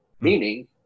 meaning